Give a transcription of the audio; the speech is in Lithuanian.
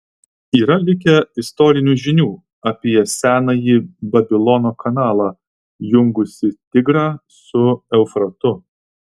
yra likę istorinių žinių apie senąjį babilono kanalą jungusį tigrą su eufratu